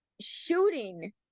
shooting